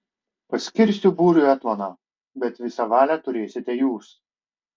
paskirsiu būriui etmoną bet visą valią turėsite jūs